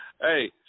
hey